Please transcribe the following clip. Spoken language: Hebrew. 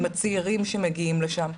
עם הצעירים שמגיעים לשם,